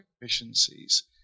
efficiencies